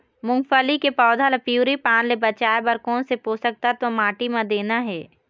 मुंगफली के पौधा ला पिवरी पान ले बचाए बर कोन से पोषक तत्व माटी म देना हे?